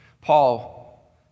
Paul